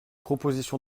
proposition